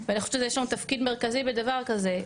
ואני חושבת שיש לנו תפקיד מרכזי בדבר כזה.